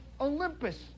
Olympus